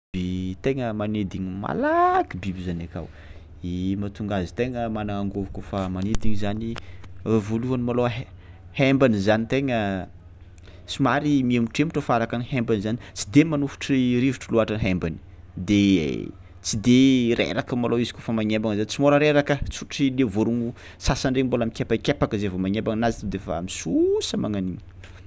Biby tegna manidigny malaky biby zany akao i mahatonga azy tegna manangôvo kaofa manindiny zany, voalohany malôha he- hembany zany tegna somary miembotrembotra fa araka ny hembany izany tsy de manovitry rivotro loàtra hembany de tsy de reraka malôha izy kaofa magnambagna zany tsy môra reraka, tsy ôhatry le vôrogno sasany regny mbôla mikepakepaka zay vao mangnembagna anazy to de fa misosa magnan'io.